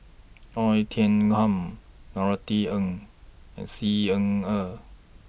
Oei Tiong Ham Norothy Ng and Xi Ying Er